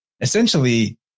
essentially